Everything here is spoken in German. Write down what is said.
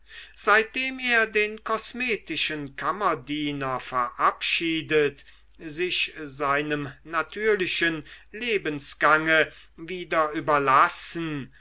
seitdem er den kosmetischen kammerdiener verabschiedet sich seinem natürlichen lebensgange wieder überlassen